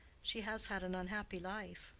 she has had an unhappy life.